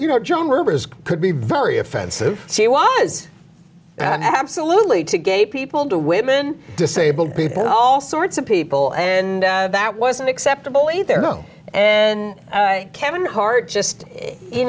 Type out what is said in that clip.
you know joan rivers could be very offensive she was absolutely to gay people to women disabled people all sorts of people and that wasn't acceptable either no and kevin hart just you